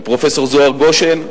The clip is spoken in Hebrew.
לפרופסור זוהר גושן.